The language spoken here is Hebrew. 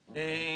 צר.